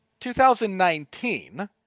2019